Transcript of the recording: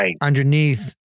underneath